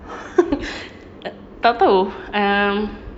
tak tahu um